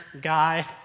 guy